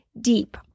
deep